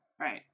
right